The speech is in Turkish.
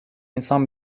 insan